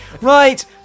Right